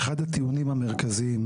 אחד הטיעונים המרכזיים,